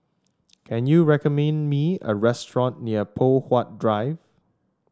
can you recommend me a restaurant near Poh Huat Drive